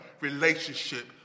relationship